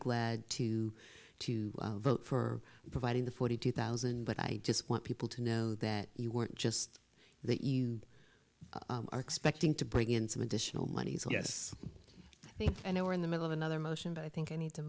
glad to to vote for providing the forty two thousand but i just want people to know that you weren't just that you are expecting to bring in some additional monies yes and you were in the middle of another motion but i think i need to